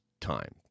time